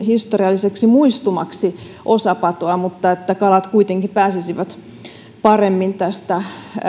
historialliseksi muistumaksi osa patoa mutta että kalat kuitenkin pääsisivät paremmin tästä